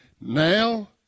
Now